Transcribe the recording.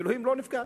ואלוהים לא נפקד.